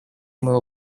моего